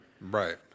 Right